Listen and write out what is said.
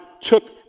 took